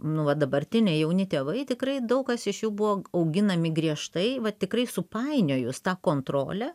nu vat dabartiniai jauni tėvai tikrai daug kas iš jų buvo auginami griežtai va tikrai supainiojus tą kontrolę